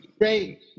Great